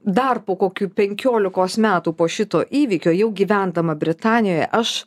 dar po kokių penkiolikos metų po šito įvykio jau gyvendama britanijoje aš